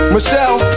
Michelle